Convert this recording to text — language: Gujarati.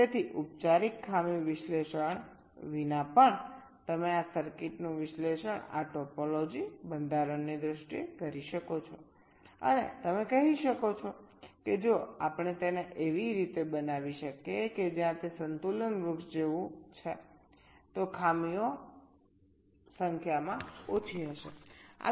તેથી ઉપચારિક ખામી વિશ્લેષણ વિના પણ તમે આ સર્કિટનું વિશ્લેષણ આ ટોપોલોજી બંધારણની દ્રષ્ટિએ કરી શકો છો અને તમે કહી શકો છો કે જો આપણે તેને એવી રીતે બનાવી શકીએ કે જ્યાં તે સંતુલન વૃક્ષ જેવું છે તો ખામીઓ સંખ્યામાં ઓછી હશે